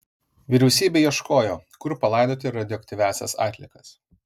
vyriausybė ieškojo kur palaidoti radioaktyviąsias atliekas